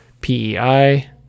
pei